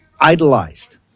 idolized